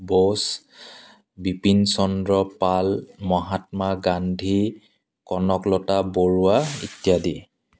বসু বিপিন চন্দ্ৰ পাল মহাত্মা গান্ধী কনকলতা বৰুৱা ইত্যাদি